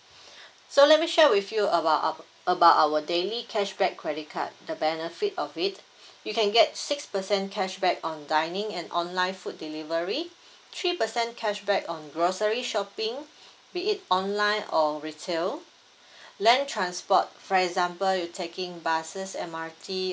so let me share with you about our about our daily cashback credit card the benefit of it you can get six percent cashback on dining and online food delivery three percent cashback on grocery shopping be it online or retail land transport for example you taking buses M_R_T